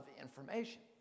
information